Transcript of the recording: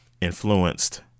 influenced